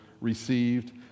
received